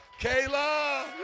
Kayla